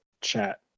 chat